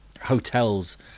hotels